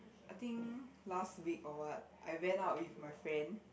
I think last week or what I went out with my friend